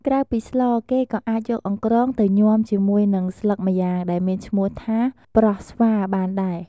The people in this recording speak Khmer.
ក្រៅពីស្ល គេក៏អាចយកអង្រ្កងទៅញាំជាមួយនឹងស្លឹកម្យ៉ាងដែលមានឈ្មោះថា ប្រោះស្វារ បានដែរ។